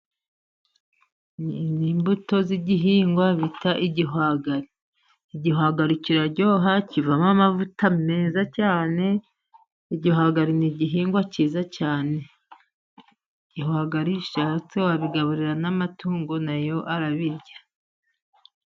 Imbuto z'igihingwa bita igihwagari, igihwagari kiraryoha kivamo amavuta meza cyane, igihwagari ni igihingwa cyiza cyane. Ibihwagari ushatse wabigaburira n'amatungo na yo arabirya.